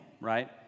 right